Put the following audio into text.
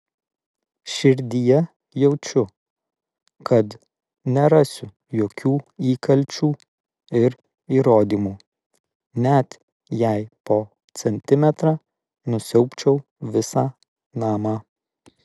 širdyje jaučiu kad nerasiu jokių įkalčių ir įrodymų net jei po centimetrą nusiaubčiau visą namą